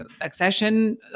accession